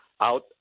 out